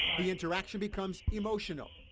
the interaction becomes emotional.